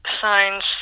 signs